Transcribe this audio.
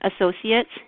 associates